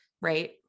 right